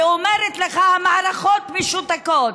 ואומרת לך: המערכות משותקות.